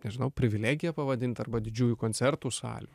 nežinau privilegija pavadint arba didžiųjų koncertų salių